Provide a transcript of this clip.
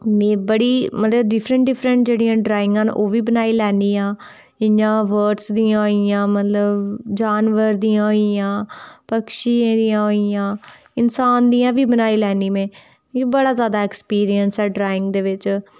में बड़ी मतलब डिफरेंट डिफरेंट जेह्ड़ियां ड्राइंगा न ओह् बी बनाई लैन्नी आं इयां वर्ड्स दियां होई गेइयां मतलब जानवर दियां होई गेइयां पक्षियें दियां होई गेइयां इंसान दियां बी बनाई लैन्नी में बड़ा ज्यादा ऐक्सपीरियंस ऐ ड्राइंग दे बिच्च